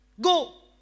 Go